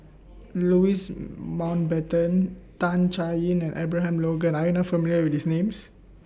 Louis Mountbatten Tan Chay Yan and Abraham Logan Are YOU not familiar with These Names